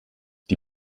die